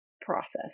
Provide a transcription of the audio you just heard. process